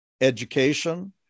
education